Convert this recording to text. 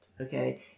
okay